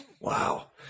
Wow